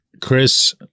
Chris